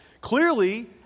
Clearly